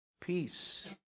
peace